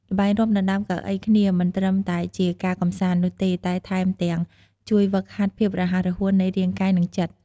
ល្បែងរាំដណ្តើមកៅអីគ្នា មិនត្រឹមតែជាការកម្សាន្តនោះទេ វាតែថែមទាំងជួយហ្វឹកហាត់ភាពរហ័សរហួននៃរាងកាយ និងចិត្ត។